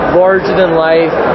larger-than-life